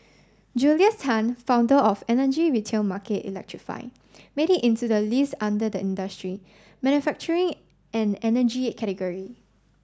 Julius Tan founder of energy retail market electrify made it into the list under the industry manufacturing and energy category